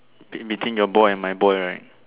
between your boy and my boy right